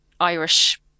Irish